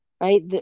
right